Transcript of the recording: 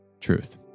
truth